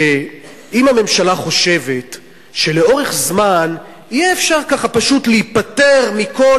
שאם הממשלה חושבת שלאורך זמן יהיה אפשר ככה פשוט להיפטר מכל